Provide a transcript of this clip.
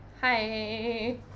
Hi